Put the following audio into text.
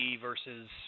versus